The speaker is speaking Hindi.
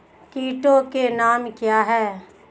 कीटों के नाम क्या हैं?